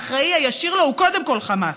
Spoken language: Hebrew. והאחראי הישיר לו הוא קודם כול חמאס,